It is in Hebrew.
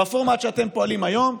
בפורמט שאתם פועלים היום,